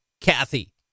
Kathy